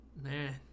man